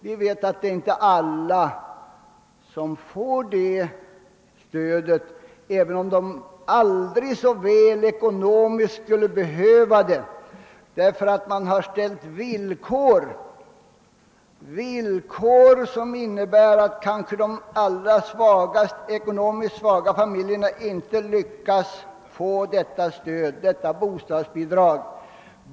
Vi vet att alla inte får detta stöd, även om de skulle behöva det aldrig så väl, därför att det har uppställts villkor som innebär att de ekonomiskt svagaste familjerna inte kan få bostadsbidrag.